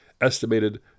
estimated